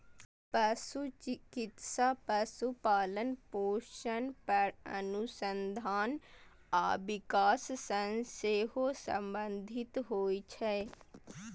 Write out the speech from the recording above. पशु चिकित्सा पशुपालन, पोषण पर अनुसंधान आ विकास सं सेहो संबंधित होइ छै